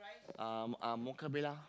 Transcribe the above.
um um mocha bella